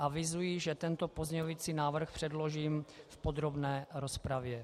Avizuji, že tento pozměňovací návrh předložím v podrobné rozpravě.